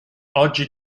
oggi